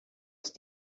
ist